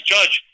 Judge